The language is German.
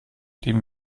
leben